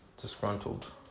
disgruntled